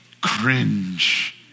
Cringe